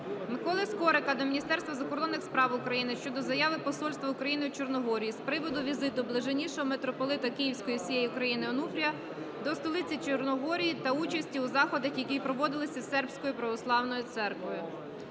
Миколи Скорика до Міністерства закордонних справ України щодо заяви посольства України у Чорногорії з приводу візиту Блаженнійшого Митрополита Київського і всієї України Онуфрія до столиці Чорногорії та участі у заходах, які проводились Сербською православною церквою.